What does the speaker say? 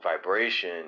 vibration